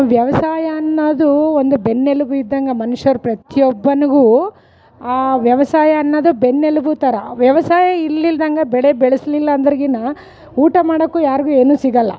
ವ್ಯವಸಾಯ ಅನ್ನದು ಒಂದು ಬೆನ್ನೆಲುಬು ಇದ್ದಂಗೆ ಮನುಷ್ಯರ ಪ್ರತ್ಯೊಬ್ಬನ್ಗು ವ್ಯವಸಾಯ ಅನ್ನೋದ ಬೆನ್ನೆಲ್ಬು ಥರ ವ್ಯವಸಾಯ ಇಲ್ಲಿಲ್ದಂಗ ಬೆಳೆ ಬೆಳೆಸ್ಲಿಲ್ಲ ಅಂದರ್ಗಿನ ಊಟ ಮಾಡೋಕು ಯಾರಿಗೂ ಏನು ಸಿಗಲ್ಲ